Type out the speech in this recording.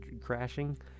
crashing